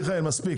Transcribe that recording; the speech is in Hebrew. מיכאל, מספיק.